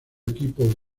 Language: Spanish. equipo